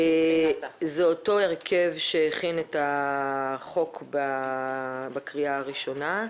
- זה אותו הרכב שהכין את החוק בקריאה הראשונה,